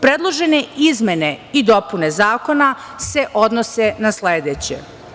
Predložene izmene i dopune zakona se odnose na sledeće.